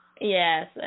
Yes